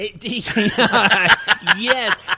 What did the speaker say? Yes